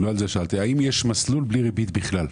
האם יש מסלול בלי ריבית בכלל?